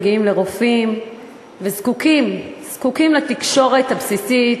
הם מגיעים לרופאים וזקוקים לתקשורת הבסיסית